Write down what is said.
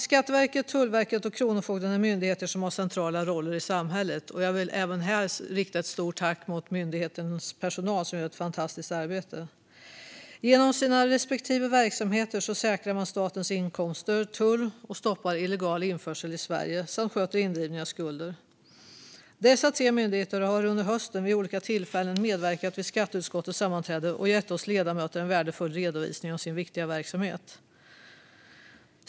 Skatteverket, Tullverket och Kronofogden är myndigheter som har centrala roller i samhället. Jag vill även här rikta ett stort tack till myndigheternas personal, som gör ett fantastiskt arbete. Genom sina respektive verksamheter säkrar man statens inkomster, tar ut tull och stoppar illegal införsel i Sverige samt sköter indrivning av skulder. Dessa tre myndigheter har under hösten vid olika tillfällen medverkat vid skatteutskottets sammanträden och gett oss ledamöter en värdefull redovisning av sin viktiga verksamhet.